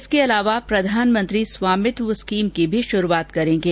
इसके अलावा प्रधानमंत्री स्वामित्व स्कीम की भी शुरूआत करेंगे